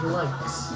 likes